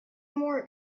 more